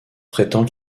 prétend